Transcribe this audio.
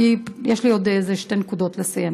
יש לי עוד איזה שתי נקודות לציין,